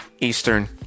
Eastern